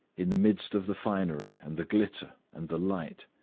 in the midst of the finery, and the glitter, and the light,